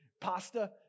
pasta